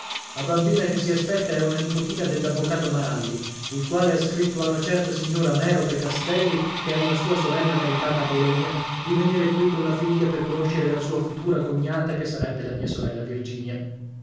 la bambina che si aspetta è una nipotina dell'avvocato maralli il quale ha scritto a una certa signora merope castelli che è una sua sorella maritata a bologna di venire qui con la figlia per conoscere la sua futura cognata che sarebbe la mia